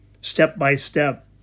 step-by-step